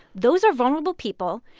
those are vulnerable people.